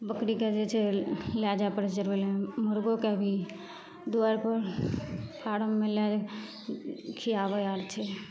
बकरीके जे छै लै जाए पड़ै छै चरबैलए मुरगोके भी दुआरिपर फारममे लै खिआबै आओर छै